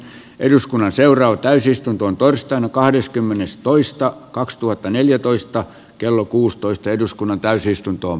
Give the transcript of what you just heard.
eduskunnan seuraava täysistuntoon torstaina kahdeskymmenes toista kaksituhattaneljätoista kello kuusitoista eduskunnan muuttamattomina